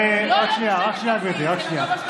רק שנייה, גברתי, רק שנייה.